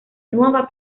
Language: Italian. nuova